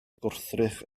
gwrthrych